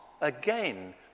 again